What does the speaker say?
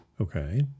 Okay